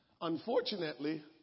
Unfortunately